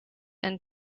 and